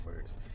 first